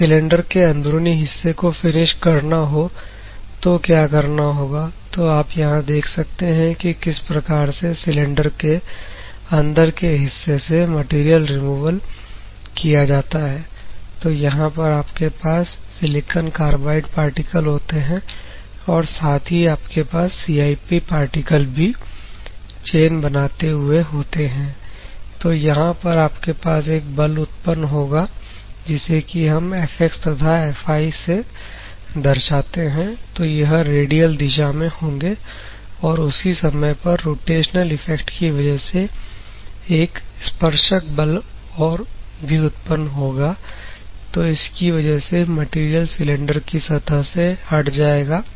अगर सिलेंडर के अंदरूनी हिस्से को फिनिश करना हो तो क्या करना होगा तो आप यहां देख सकते हैं कि किस प्रकार से सिलेंडर के अंदर के हिस्से से मटेरियल रिमूव किया जाता है तो यहां पर आपके पास SiC पार्टिकल होते हैं और साथ ही आपके पास CIP पार्टिकल भी चैन बनाते हुए होते हैं तो यहां पर आपके पास एक बल उत्पन्न होगा जैसे की हम Fx तथा Fy से दर्शाते हैं तो यह रेडियल दिशा में होंगे और उसी समय पर रोटेशनल इफेक्ट की वजह से एक स्पर्शक बल और भी उत्पन्न होगा तो इसकी वजह से मटेरियल सिलेंडर की सतह से हट जाएगा